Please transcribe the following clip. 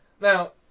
now